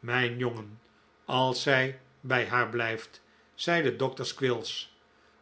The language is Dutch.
mijn jongen als zij bij haar blijft zeide dr squills